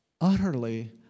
utterly